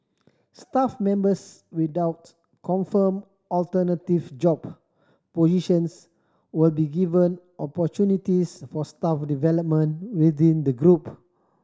staff members without confirmed alternative job positions will be given opportunities for staff development within the group